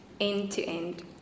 end-to-end